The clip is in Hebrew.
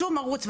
בשום ערוץ,